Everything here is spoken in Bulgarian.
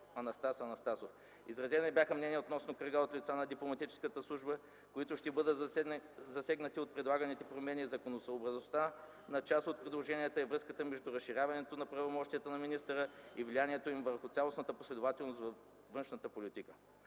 Анастас Анастасов. Изразени бяха мнения относно кръга от лица на дипломатическата служба, които ще бъдат засегнати от предлаганите промени, законосъобразността на част от предложенията и връзката между разширяването на правомощията на министъра и влиянието им върху цялостната последователност на външната политика.